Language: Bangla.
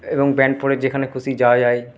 এবং প্যান্ট পরে যেখানে খুশি যাওয়া যায়